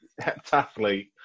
heptathlete